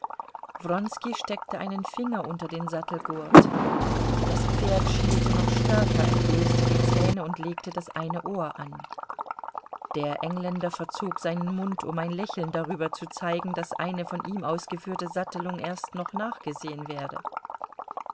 wronski steckte einen finger unter den sattelgurt das pferd schielte noch stärker entblößte die zähne und legte das eine ohr an der engländer verzog seinen mund um ein lächeln darüber zu zeigen daß eine von ihm ausgeführte sattelung erst noch nachgesehen werde